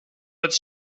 its